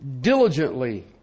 diligently